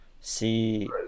see